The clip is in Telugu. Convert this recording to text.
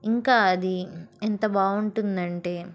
ఇంకా అది ఎంత బాగుంటుందంటే